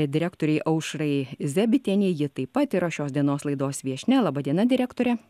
direktorei aušrai zebitienei ji taip pat yra šios dienos laidos viešnia laba diena direktore